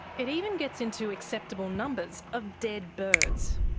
it even gets into acceptable numbers of dead birds.